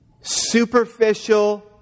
superficial